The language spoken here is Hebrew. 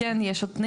6(ב).